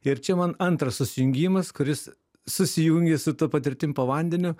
ir čia man antras susijungimas kuris susijungia su ta patirtimi po vandeniu